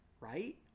right